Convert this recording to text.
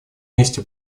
вместе